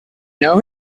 know